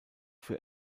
für